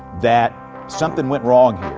that something went wrong